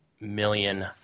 million